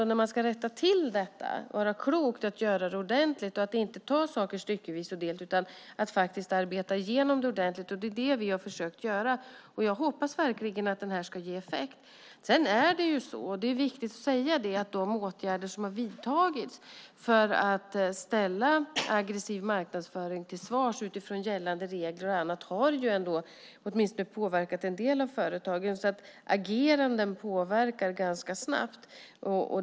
När man ska rätta till detta kan det vara klokt att göra det ordentligt och inte ta saker styckevis och delt utan att faktiskt arbeta igenom det ordentligt. Det är det som vi har försökt göra. Jag hoppas verkligen att detta ska ge effekt. Det är viktigt att säga att de åtgärder som har vidtagits för att ställa företag med aggressiv marknadsföring till svars utifrån gällande regler och annat ändå har påverkat åtminstone en del av företagen. Ageranden påverkar alltså ganska snabbt.